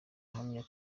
ahamya